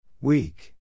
Weak